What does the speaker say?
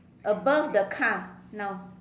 above the car now